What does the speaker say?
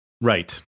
Right